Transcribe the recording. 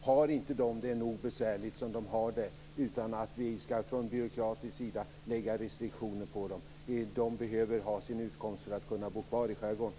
Har inte de nog besvärligt som de har det, utan att vi från byråkratisk sida skall lägga restriktioner på dem? De behöver ha sin utkomst för att kunna bo kvar i skärgården.